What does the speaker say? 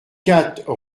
quatre